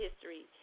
history